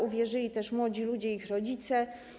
Uwierzyli w to młodzi ludzie i ich rodzice.